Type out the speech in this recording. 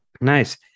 nice